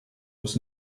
was